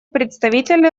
представитель